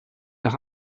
nach